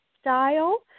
style